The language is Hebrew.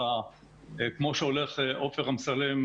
כמו שהולך להפעיל עופר אמסלם,